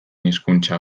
hizkuntza